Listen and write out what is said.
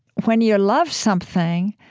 when you love something,